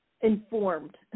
informed